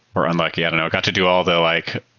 or unlucky. i don't know. i got to do all the like